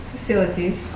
Facilities